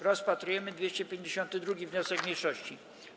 Rozpatrujemy 252. wniosek mniejszości.